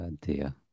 dear